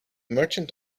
merchant